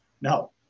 No